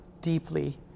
deeply